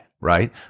right